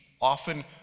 often